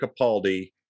Capaldi